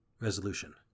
Resolution